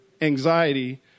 anxiety